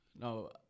no